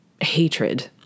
hatred